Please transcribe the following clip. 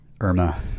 Irma